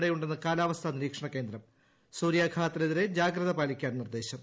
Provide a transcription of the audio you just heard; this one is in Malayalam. ഇടയുണ്ടെന്ന് കാലാവസ്ഥാ നിരീക്ഷണ കേന്ദ്രം സൂര്യാഘാതത്തിനെതിരെ ജാഗ്രത പാലിക്കാൻ നിർദ്ദേശം